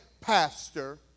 pastor